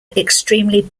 extremely